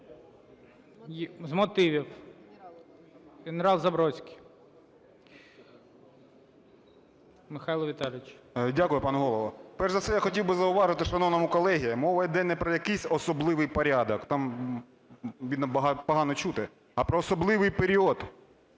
З мотивів, генерал Забродський Михайло Віталійович. 17:25:25 ЗАБРОДСЬКИЙ М.В. Дякую, пане Голово. Перш за все я хотів би зауважити шановному колезі, мова йде не про якийсь "особливий порядок", там видно погано чути, а про "особливий період",